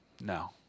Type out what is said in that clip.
No